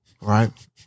right